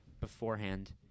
beforehand